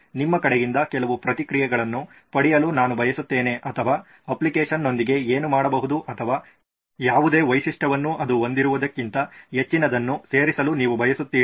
ನಿಮ್ಮ ಕಡೆಯಿಂದ ಕೆಲವು ಪ್ರತಿಕ್ರಿಯೆಗಳನ್ನು ಪಡೆಯಲು ನಾನು ಬಯಸುತ್ತೇನೆ ಅಥವಾ ಅಪ್ಲಿಕೇಶನ್ನೊಂದಿಗೆ ಏನು ಮಾಡಬಹುದು ಅಥವಾ ಯಾವುದೇ ವೈಶಿಷ್ಟ್ಯವನ್ನು ಅದು ಹೊಂದಿರುವುದಕ್ಕಿಂತ ಹೆಚ್ಚಿನದನ್ನು ಸೇರಿಸಲು ನೀವು ಬಯಸುತ್ತೀರಿ